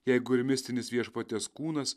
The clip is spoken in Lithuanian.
jeigu ir mistinis viešpaties kūnas